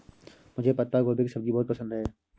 मुझे पत्ता गोभी की सब्जी बहुत पसंद है